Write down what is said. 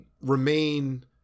remain